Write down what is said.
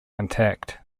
intact